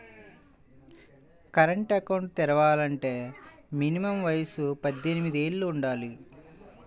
current account తెరవాలంటే minimum వయసు పద్దెనిమిది యేళ్ళు వుండాలి